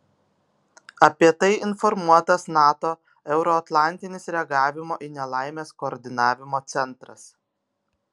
apie tai informuotas nato euroatlantinis reagavimo į nelaimes koordinavimo centras